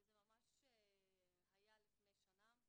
זה היה לפני שנה,